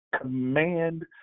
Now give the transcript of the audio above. command